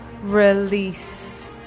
release